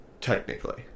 technically